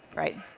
right?